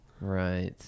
Right